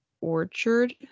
orchard